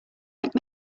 like